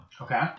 Okay